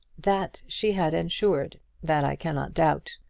that she had ensured that i cannot doubt.